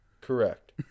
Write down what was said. correct